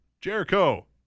Jericho